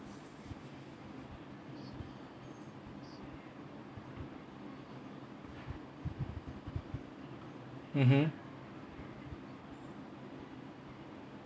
mmhmm